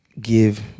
Give